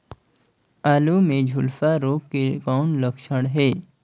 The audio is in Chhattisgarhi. आलू मे झुलसा रोग के कौन लक्षण हे?